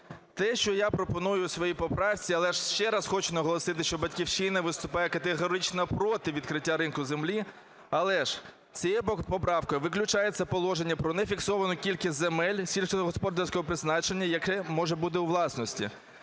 Те, що я пропоную у своїй поправці, але ж ще раз хочу наголосити, що "Батьківщина" виступає категорично проти відкриття ринку землі. Але ж цією поправкою виключається положення про нефіксовану кількість земель сільськогосподарського призначення, яке може бути у власності.